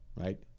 right